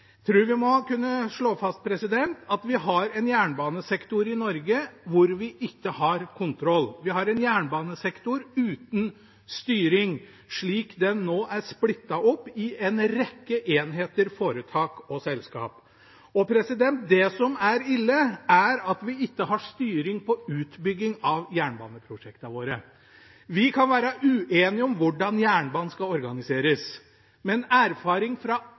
vi må kunne slå fast at vi i Norge har en jernbanesektor hvor vi ikke har kontroll. Vi har en jernbanesektor uten styring, slik den nå er splittet opp i en rekke enheter, foretak og selskaper. Det som er ille, er at vi ikke har styring på utbyggingen av jernbaneprosjektene våre. Vi kan være uenige om hvordan jernbanen skal organiseres, men erfaring fra